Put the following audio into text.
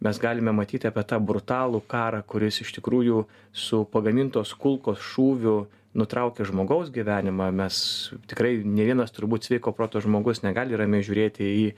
mes galime matyti apie tą brutalų karą kuris iš tikrųjų su pagamintos kulkos šūviu nutraukia žmogaus gyvenimą mes tikrai nė vienas turbūt sveiko proto žmogus negali ramiai žiūrėti į